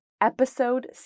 Episode